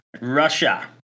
Russia